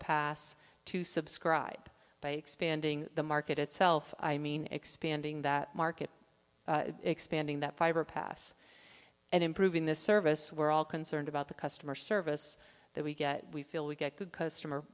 pass to subscribe by expanding the market itself i mean expanding that market expanding that fiber pass and improving the service we're all concerned about the customer service that we get we feel we get good customer